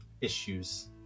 issues